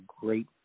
great